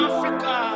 Africa